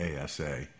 ASA